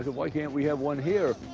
why can't we have one here?